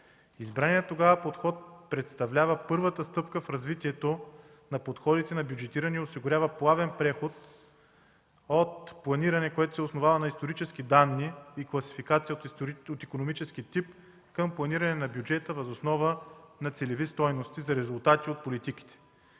Избраният тогава подход представлява първата стъпка в развитието на подходите на бюджетиране и осигурява плавен преход от планиране, основано на исторически данни и класификация от икономически тип, към планиране на бюджета въз основа на целеви стойности за резултати от политики.